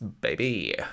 baby